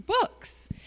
books